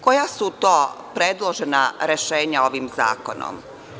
Koja su to predložena rešenja ovim zakonom?